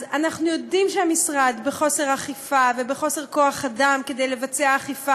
אז אנחנו יודעים שהמשרד בחוסר אכיפה ובמחסור כוח אדם כדי לבצע אכיפה